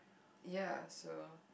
ya so